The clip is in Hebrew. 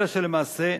אלא שלמעשה,